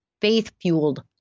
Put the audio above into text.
faith-fueled